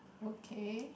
okay